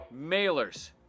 Mailers